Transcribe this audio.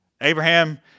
Abraham